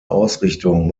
ausrichtung